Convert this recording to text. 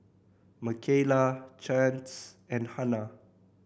Makayla Chance and Hanna